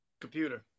computer